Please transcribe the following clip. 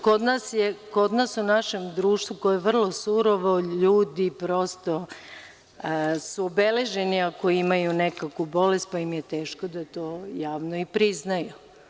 Kod nas u našem društvu, koje je vrlo surovo, ljudi prosto su obeleženi ako imaju nekakvu bolest, pa im je teško da to javno i priznaju.